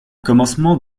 commencement